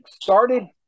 started